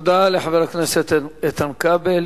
תודה לחבר הכנסת איתן כבל.